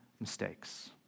mistakes